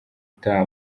utaha